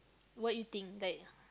what you think like